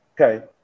Okay